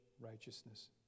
righteousness